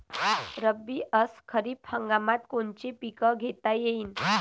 रब्बी अस खरीप हंगामात कोनचे पिकं घेता येईन?